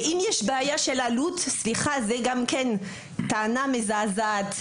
ולהגיד שיש בעיה של עלות זו בעיניי טענה מזעזעת.